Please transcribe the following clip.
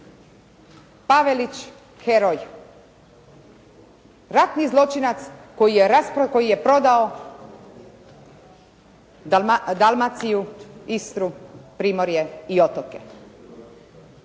Pavelić heroj, ratni zločinac koji je prodao Dalmaciju, Istru, primorje i otoke.